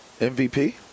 MVP